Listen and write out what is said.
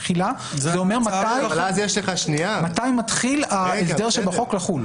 תחילה זה אומר מתי מתחיל ההסדר שבחוק לחול.